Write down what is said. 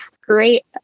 great